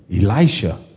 Elisha